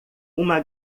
uma